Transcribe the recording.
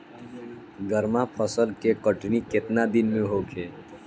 गर्मा फसल के कटनी केतना दिन में होखे?